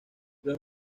los